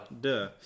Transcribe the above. duh